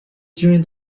during